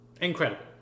Incredible